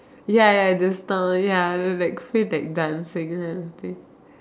ya ya the song ya that feel like dancing ya okay